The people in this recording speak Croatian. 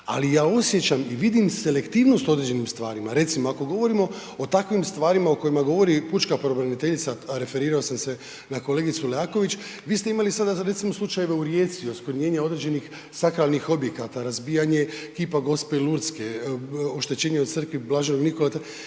ali ja osjećam i vidim selektivnost u određenim stvarima. Recimo, ako govorimo o takvim stvarima o kojima govori pučka pravobraniteljica, referirao sam se na kolegicu Leaković, vi ste imali sada za recimo, slučajeve u Rijeci, oskvrnjenje određenih sakralnih objekata, razbijanje kipa Gospe Lurdske, oštećenje u crkvi Blaženog